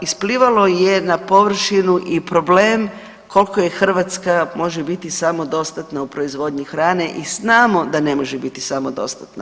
Isplivalo je na površinu i problem koliko je Hrvatska može biti samodostatna u proizvodnji hrane i znamo da ne može biti samodostatna.